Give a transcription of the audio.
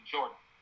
Jordan